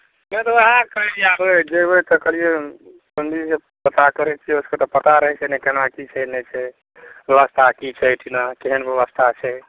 नहि तऽ उएह कहलियै आब जे जेबै तऽ कहलियै पण्डीजीसँ पता करै छियै ओहिसभके तऽ पता रहै छै ने केना की छै नहि छै व्यवस्था की छै एहिठिना केहन व्यवस्था छै